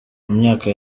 myaka